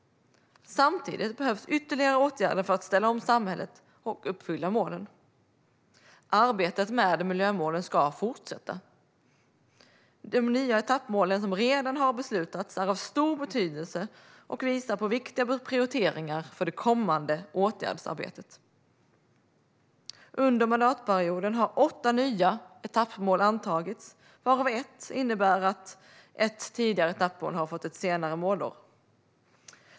Samtidigt behövs ytterligare åtgärder för att ställa om samhället och uppfylla målen. Arbetet med miljömålen ska fortsätta. De nya etappmål som redan har beslutats är av stor betydelse och visar på viktiga prioriteringar för det kommande åtgärdsarbetet. Under mandatperioden har åtta nya etappmål antagits, varav ett innebär att ett tidigare etappmål har fått ett senare målår.